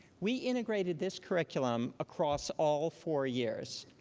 we integrated this curriculum across all four years,